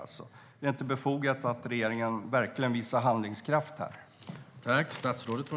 Är det inte befogat att regeringen visar handlingskraft här?